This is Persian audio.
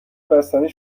بستنی